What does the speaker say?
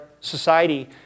society